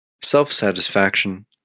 Self-satisfaction